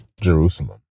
Jerusalem